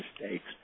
mistakes